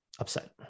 upset